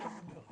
כן.